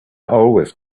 always